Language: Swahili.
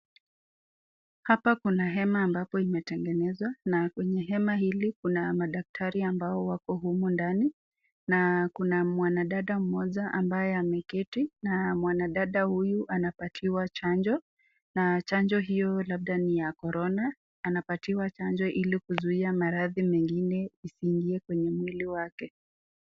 Hapa kuna hema ambapo imetengenezwa na kwenye hema hili kuna madaktari ambao wako humu ndani na kuna mwanadada mmoja ambaye ameketi na mwanadada huyu anapatiwa chanjo. Chanjo hiyo labda ni ya korona anapatiwa chanjo ili kuzuia maradhi mengine isiingie kwenye mwili wake.